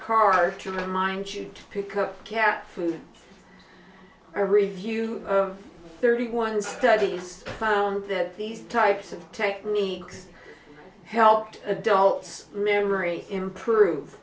car to remind you pick up cat food or review of thirty one studies that these types of techniques helped adults memory improve